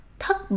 thất